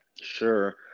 Sure